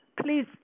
please